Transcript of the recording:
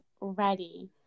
ready